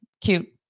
cute